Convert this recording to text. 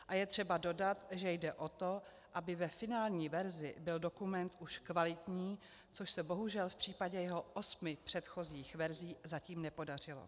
A je třeba dodat, že jde o to, aby ve finální verzi byl dokument už kvalitní, což se bohužel v případě jeho osmi předchozích verzí zatím nepodařilo.